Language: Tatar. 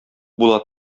була